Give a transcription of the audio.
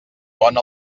pont